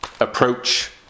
approach